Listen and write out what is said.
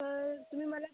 तर तुम्ही मला